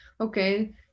okay